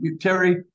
Terry